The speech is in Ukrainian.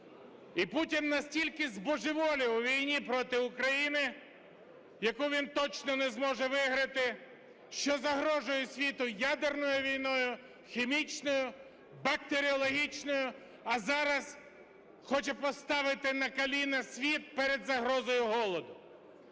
І Путін наскільки збожеволів у війні проти України, яку він точно не зможе виграти, що загрожує світу ядерною війною, хімічною, бактеріологічною, а зараз хоче поставити на коліна світ перед загрозою голоду.